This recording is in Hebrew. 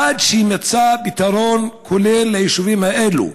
עד שיימצא פתרון כולל ליישובים האלה.